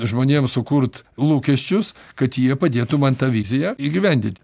žmonėm sukurt lūkesčius kad jie padėtų man tą viziją įgyvendint